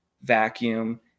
vacuum